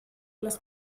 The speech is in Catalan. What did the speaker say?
les